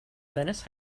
venice